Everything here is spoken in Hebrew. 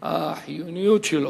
החיוניות שלו,